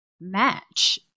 match